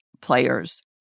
players